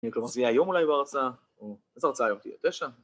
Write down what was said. ‫זה יהיה היום אולי בהרצאה? ‫איזו הרצאה היום תהיה? תשע?